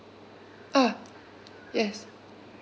ah yes